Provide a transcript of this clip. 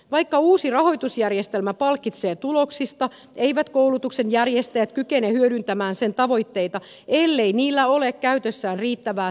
vaikka uusi rahoitusjärjestelmä palkitsee tuloksista eivät koulutuksenjärjestäjät kykene hyödyntämään sen tavoitteita ellei niillä ole käytössään riittävää toiminnallista volyymia